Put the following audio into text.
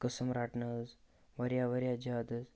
قٕسم رَٹنہٕ حظ واریاہ واریاہ زیادٕ